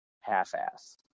half-ass